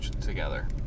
together